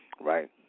right